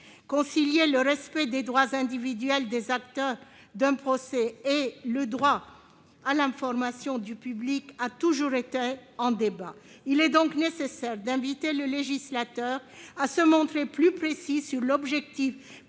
Concilier le respect des droits individuels des acteurs d'un procès et le droit à l'information du public a toujours été en débat. Il est donc nécessaire d'inviter le législateur à se montrer plus précis sur l'objectif visé